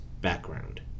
background